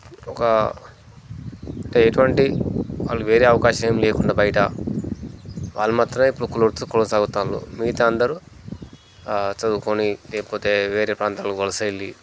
ఒక టేట్ వంటి వాళ్ళు వేరే అవకాశం ఏం లేకుండా బయట వాళ్ళు మాత్రమే ఇప్పుడు కుల వృత్తి కొనసాగుతాన్రు మిగతా అందరూ చదువుకుని లేకపోతే వేరే ప్రాంతాలకు వలస వెళ్ళి